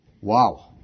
Wow